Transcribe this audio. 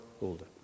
older